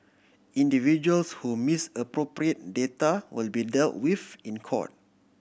individuals who misappropriate data will be dealt with in court